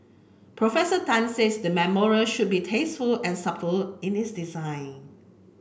Professor Tan says the memorial should be tasteful and subtle in its design